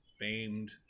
famed